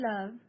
Love